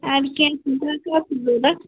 اَدٕ کیٚنٛہہ چھُنہٕ تۄہہِ کَر چھُو ضروٗرت